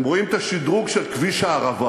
הם רואים את השדרוג של כביש הערבה,